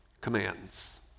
commands